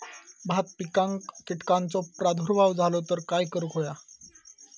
भात पिकांक कीटकांचो प्रादुर्भाव झालो तर काय करूक होया?